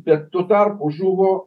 bet tuo tarpu žuvo